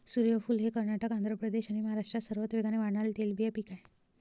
सूर्यफूल हे कर्नाटक, आंध्र प्रदेश आणि महाराष्ट्रात सर्वात वेगाने वाढणारे तेलबिया पीक आहे